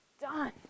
done